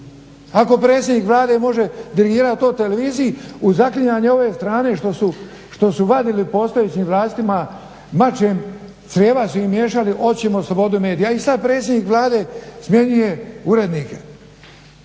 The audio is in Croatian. Ako predsjednik Vlade može dirigirati to televiziji u zaklinjanje ove strane što su vadili postojećim vlastima mačem, crijeva su im miješali hoćemo slobodu medija. I sada predsjednik Vlade smjenjuje urednike.